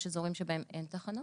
יש אזורים בהם אין תחנות,